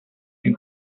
soup